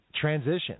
transition